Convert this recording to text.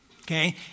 okay